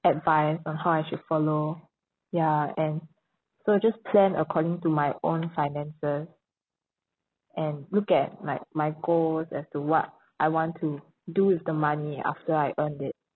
advice on how I should follow ya and so just plan according to my own finances and look at like my goals as to what I want to do with the money after I earned it